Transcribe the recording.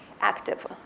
active